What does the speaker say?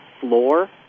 floor